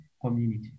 community